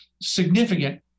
significant